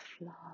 love